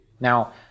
Now